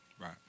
Right